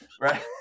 Right